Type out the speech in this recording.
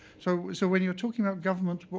so so when you're talking about government, but